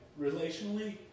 Relationally